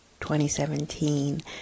2017